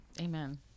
Amen